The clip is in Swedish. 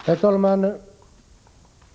Herr talman!